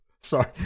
Sorry